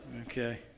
Okay